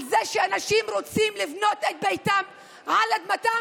על זה שאנשים רוצים לבנות את ביתם על אדמתם?